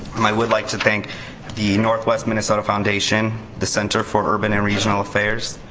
um i would like to thank the northwest minnesota foundation, the center for urban and regional affairs,